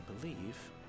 believe